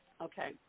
Okay